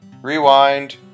rewind